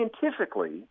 scientifically